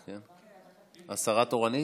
בבקשה, אדוני.